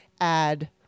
add